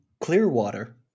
Clearwater